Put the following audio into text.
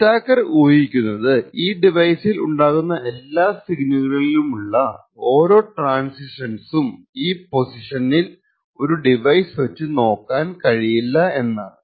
attacker ഊഹിക്കുന്നത് ഒരു ഡിവൈസിൽ ഉണ്ടാകുന്ന എല്ലാ സിഗ്നലുകളിലുമുള്ള ഓരോ ട്രാന്സിഷൻസും ഈ പൊസിഷനിൽ ഒരു ഡിവൈസ് വച്ച് നോക്കാൻ കഴിയില്ല എന്നാണ്